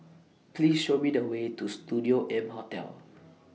Please Show Me The Way to Studio M Hotel